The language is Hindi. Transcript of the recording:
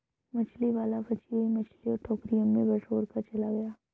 मछली वाला बची हुई मछलियां टोकरी में बटोरकर चला गया